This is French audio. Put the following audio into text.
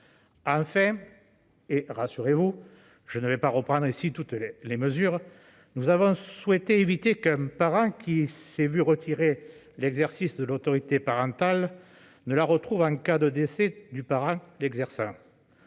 mes chers collègues, je ne reprendrai pas toutes les mesures !-, nous avons souhaité éviter qu'un parent qui s'est vu retirer l'exercice de l'autorité parentale ne la retrouve en cas de décès du parent l'exerçant.